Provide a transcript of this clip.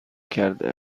کرده